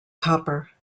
copper